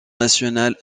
nationale